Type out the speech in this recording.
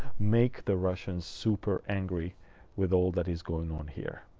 make the russians super angry with all that is going on here.